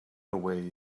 away